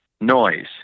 noise